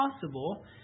possible